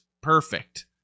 perfect